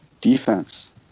defense